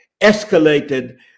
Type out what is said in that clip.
escalated